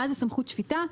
מה זאת סמכות שפיטה?